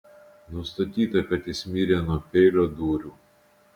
nustatyta kad jis mirė nuo peilio dūrių